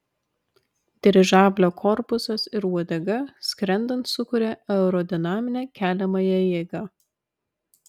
dirižablio korpusas ir uodega skrendant sukuria aerodinaminę keliamąją jėgą